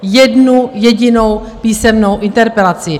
Jednu jedinou písemnou interpelaci!